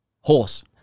Horse